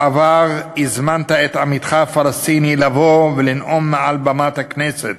בעבר הזמנת את עמיתך הפלסטיני לבוא ולנאום מעל במת הכנסת.